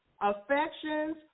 affections